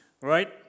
right